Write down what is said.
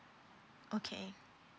okay